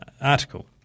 article